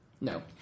No